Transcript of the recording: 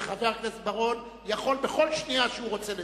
שחבר הכנסת בר-און יכול בכל שנייה שהוא רוצה לדבר.